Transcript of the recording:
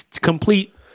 Complete